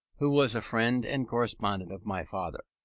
who was a friend and correspondent of my father,